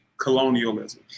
colonialism